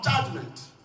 judgment